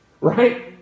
right